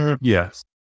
Yes